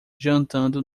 jantando